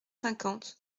cinquante